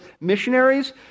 missionaries